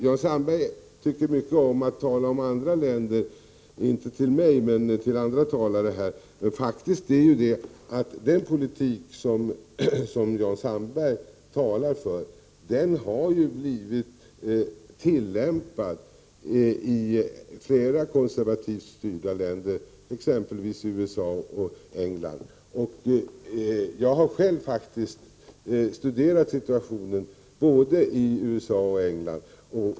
Jan Sandberg tycker mycket om att tala om andra länder, inte när han vänder sig till mig, men till andra meddebattörer. Den politik som Jan Sandberg talar för har tillämpats i flera konservativt styrda länder, exempelvis USA och England. Jag har själv studerat situationen både i USA och i England.